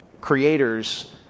creators